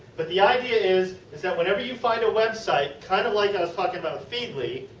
but the idea is is that whenever you find a website, kind of like i was talking about feedly,